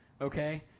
okay